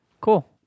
cool